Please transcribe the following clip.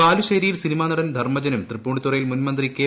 ബാലുശേരിയിൽ സിനിമാനടൻ ധർമജനും തൃപ്പൂണിത്തുറയിൽ മുൻ മന്ത്രി കെ